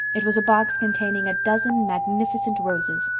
it was a box containing a dozen magnificent roses.